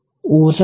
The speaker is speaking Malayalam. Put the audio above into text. ഊർജ്ജം പോയി